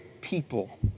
people